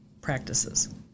practices